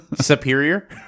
Superior